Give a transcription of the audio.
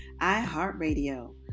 iHeartRadio